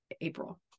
April